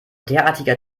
derartiger